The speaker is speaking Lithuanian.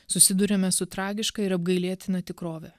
susiduriame su tragiška ir apgailėtina tikrove